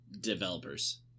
developers